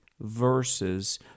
verses